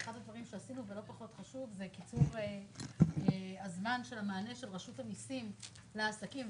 אחד הדברים שעשינו זה קיצור הזמן של המענה של רשות המיסים לעסקים.